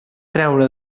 treure